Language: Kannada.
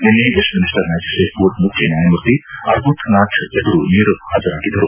ನಿನ್ನೆ ವೆಸ್ಟ್ಮಿನಿಸ್ಟರ್ ಮ್ಯಾಜಿಸ್ಟೇಟ್ ಕೋರ್ಟ್ ಮುಖ್ಯ ನ್ಯಾಯಮೂರ್ತಿ ಅರ್ಬುಥ್ನಾಟ್ ಎದುರು ನೀರವ್ ಹಾಜರಾಗಿದ್ದರು